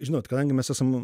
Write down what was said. žinot kadangi mes esam